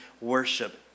worship